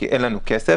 כי אין לנו כסף.